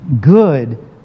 good